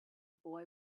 boy